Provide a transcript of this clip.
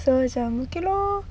so macam okay lor